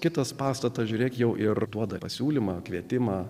kitas pastatas žiūrėk jau ir duoda pasiūlymą kvietimą